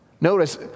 Notice